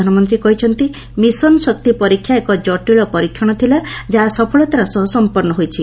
ପ୍ରଧାନମନ୍ତ୍ରୀ କହିଛନ୍ତି' ମିଶନ ଶକ୍ତି ପରୀକ୍ଷା ଏକ ଜଟିଳ ପରୀକ୍ଷଣ ଥିଲା ଯାହା ସଫଳତାର ସହ ସମ୍ପନ୍ନ ହୋଇଛି